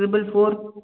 triple four